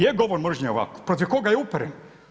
Je govor mržnje ovak, protiv koga je uperen?